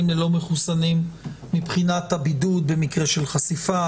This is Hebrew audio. ללא-מחוסנים מבחינת בידוד במקרה של חשיפה,